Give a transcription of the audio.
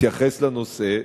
תתייחס לנושא.